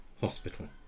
hospital